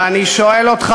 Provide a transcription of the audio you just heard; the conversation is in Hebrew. ואני שואל אותך,